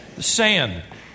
sand